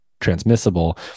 transmissible